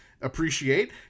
appreciate